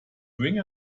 bring